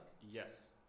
Yes